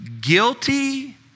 Guilty